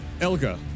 Elga